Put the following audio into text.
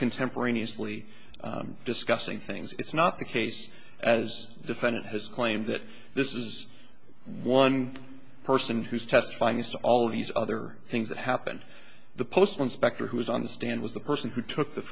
contemporaneously discussing things it's not the case as defendant has claimed that this is one person who's testifying is to all these other things that happened the postal inspector who was on the stand was the person who took the